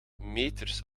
meters